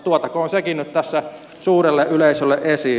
tuotakoon sekin nyt tässä suurelle yleisölle esiin